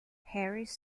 harris